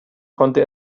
konnte